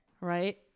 Right